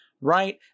Right